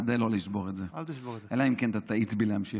אשתדל לא לשבור את זה, אלא אם כן תאיץ בי להמשיך.